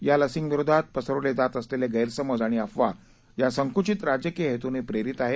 या लसींविरोधात पसरवले जात असलेले गैरसमज आणि अफवा या संकुचित राजकीय हेतूनं प्रेरित आहेत